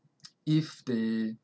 if they